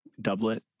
doublet